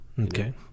Okay